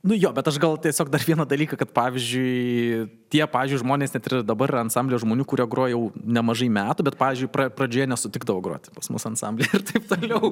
nu jo bet aš gal tiesiog dar vieną dalyką kad pavyzdžiui tie pavyzdžiui žmonės net ir dabar yra ansamblio žmonių kurie groja jau nemažai metų bet pavyzdžiui pradžioje nesutikdavo groti pas mus ansambly ir taip toliau